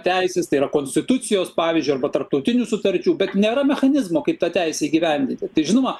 teisės tai yra konstitucijos pavyzdžiui arba tarptautinių sutarčių bet nėra mechanizmo kaip tą teisę įgyvendinti tai žinoma